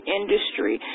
industry